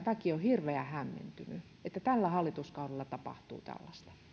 väki on hirveän hämmentynyt että tällä hallituskaudella tapahtuu tällaista kyllä